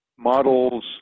models